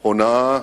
הונאה